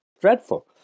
Dreadful